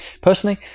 Personally